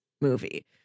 movie